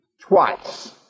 twice